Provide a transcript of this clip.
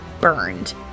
Burned